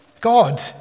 God